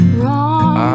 wrong